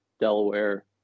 Delaware